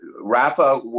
Rafa